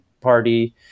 party